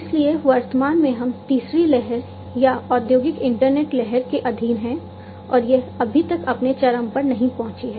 इसलिए वर्तमान में हम तीसरी लहर या औद्योगिक इंटरनेट लहर के अधीन हैं और यह अभी तक अपने चरम पर नहीं पहुंची है